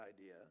idea